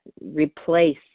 replace